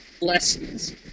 lessons